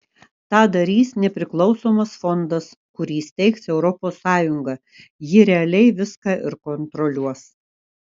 tą darys nepriklausomas fondas kurį steigs europos sąjunga ji realiai viską ir kontroliuos